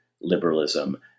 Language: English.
liberalism